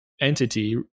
entity